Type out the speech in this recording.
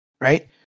right